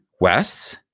Wes